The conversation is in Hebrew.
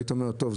היית אומר: טוב,